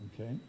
okay